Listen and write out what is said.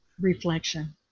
reflection